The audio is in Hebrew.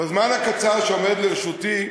בזמן הקצר שעומד לרשותי,